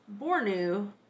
Bornu